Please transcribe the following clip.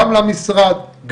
גם למשרד,